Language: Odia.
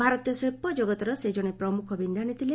ଭାରତୀୟ ଶିଳ୍ପ ଜଗତର ସେ ଜଣେ ପ୍ରମୁଖ ବିନ୍ଧାଣୀ ଥିଲେ